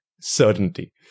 certainty